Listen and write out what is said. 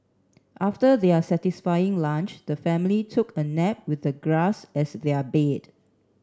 after their satisfying lunch the family took a nap with the grass as their bed